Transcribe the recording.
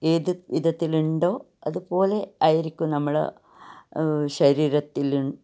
ഏത് വിധത്തിലുണ്ടോ അതുപോലെ ആയിരിക്കും നമ്മളുടെ ശരീരത്തിൽ